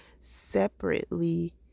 separately